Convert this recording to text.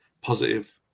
positive